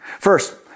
First